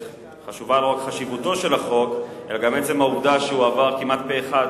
חשובה לא רק חשיבותו של החוק אלא גם עצם העובדה שהוא עבר כמעט פה אחד,